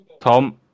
Tom